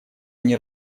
они